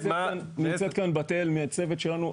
נמצאת כאן בתאל מהצוות שלנו,